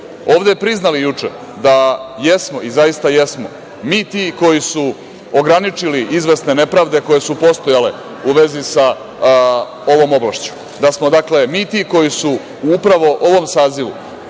ovde priznali juče da jesmo i zaista jesmo, mi ti koji su ograničili izvesne nepravde koje su postojale u vezi sa ovom oblašću, da smo, dakle, mi ti koji su u upravo ovom sazivu